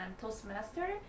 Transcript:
Toastmaster